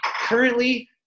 currently